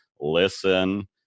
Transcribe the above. listen